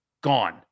gone